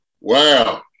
wow